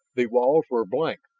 the walls were blank,